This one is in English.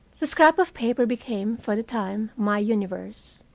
the scrap of paper became, for the time, my universe.